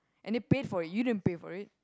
and they paid for it you didn't pay for it